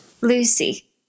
Lucy